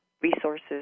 resources